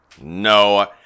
No